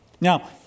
Now